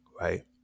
Right